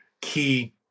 key